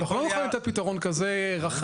אנחנו לא נוכל לתת פתרון כזה רחב,